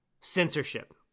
censorship